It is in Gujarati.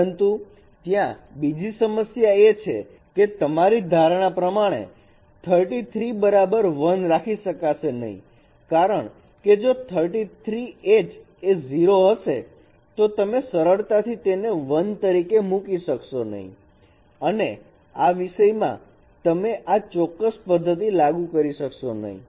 પરંતુ ત્યાં બીજી સમસ્યા એ છે કે તમારી ધારણા પ્રમાણે 33 h બરાબર 1 રાખી શકશે નહીં કારણ કે જો 33 h એ 0 હશે તો તમે સરળતાથી તેને 1 તરીકે મુકી શકશો નહીં અને આ વિષયમાં તમે આ ચોક્કસ પદ્ધતિ લાગુ કરી શકશો નહીં